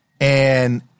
and-